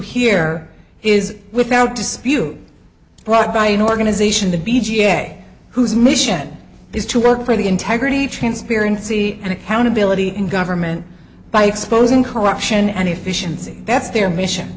here is without dispute brought by an organization to be ga whose mission is to work for the integrity transparency and accountability in government by exposing corruption and efficiency that's their mission